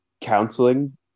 counseling